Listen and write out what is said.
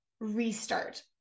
restart